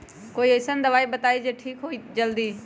कोई अईसन दवाई बताई जे से ठीक हो जई जल्दी?